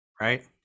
right